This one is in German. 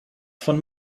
von